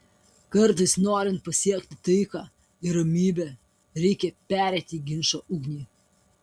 kartais norint pasiekti taiką ir ramybę reikia pereiti ginčo ugnį